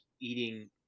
eating